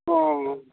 ᱚᱻ